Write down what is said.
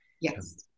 Yes